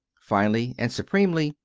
finally and supremely,